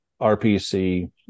RPC